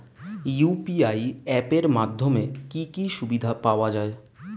UPI app এর মাধ্যমে কি কি সুবিধা পাওয়া যায়?